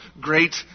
great